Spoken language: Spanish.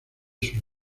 sus